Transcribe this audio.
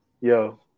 yo